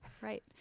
Right